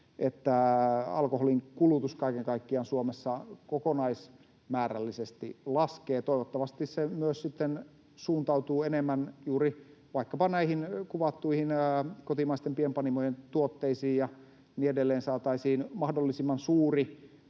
että alkoholin kulutus kaiken kaikkiaan Suomessa kokonaismäärällisesti laskee. Toivottavasti se myös sitten suuntautuu enemmän juuri vaikkapa näihin kuvattuihin kotimaisten pienpanimojen tuotteisiin, ja niin edelleen saataisiin mahdollisimman suuri